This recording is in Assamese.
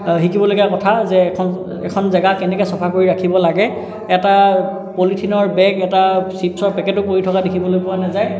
শিকিবলগীয়া কথা যে এখন এখন জাগা কেনেকৈ চফা কৰি ৰাখিব লাগে এটা পলিথিনৰ বেগ এটা চিপছৰ পেকেটো পৰি থকা দেখিবলৈ পোৱা নাযায়